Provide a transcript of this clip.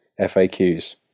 FAQs